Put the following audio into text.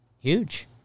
Huge